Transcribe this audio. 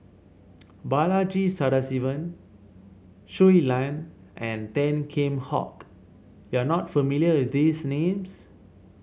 Balaji Sadasivan Shui Lan and Tan Kheam Hock you are not familiar with these names